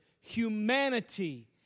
humanity